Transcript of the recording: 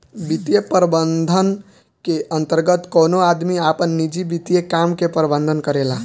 वित्तीय प्रबंधन के अंतर्गत कवनो आदमी आपन निजी वित्तीय काम के प्रबंधन करेला